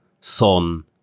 Son